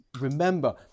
remember